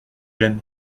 gêne